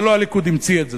זה לא הליכוד המציא את זה,